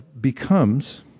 becomes